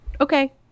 okay